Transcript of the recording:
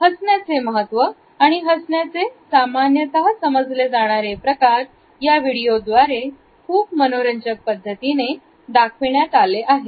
हसण्याचे महत्त्व आणि हसण्याचे सामान्यतः समजले जाणारे प्रकार या व्हिडिओद्वारे खूप मनोरंजक पद्धतीने दाखवण्यात आले आहे